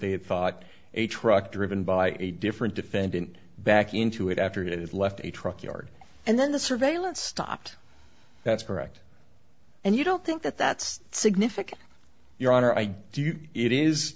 had thought a truck driven by a different defendant back into it after it left a truck yard and then the surveillance stopped that's correct and you don't think that that's significant your honor i do